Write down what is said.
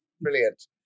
Brilliant